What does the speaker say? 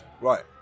right